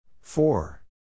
Four